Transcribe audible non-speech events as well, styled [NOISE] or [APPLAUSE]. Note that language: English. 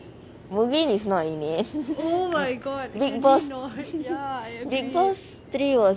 moving is not in it [LAUGHS] big boss [LAUGHS] big boss three was